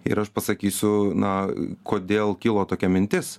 ir aš pasakysiu na kodėl kilo tokia mintis